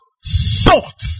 Salt